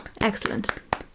excellent